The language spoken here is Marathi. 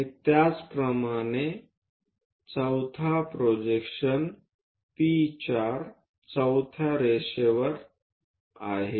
आणि त्याचप्रमाणे चौथा प्रोजेक्शन चौथ्या रेषेवर P4 वर आहे